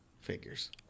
Figures